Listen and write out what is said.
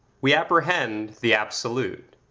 we apprehend the absolute.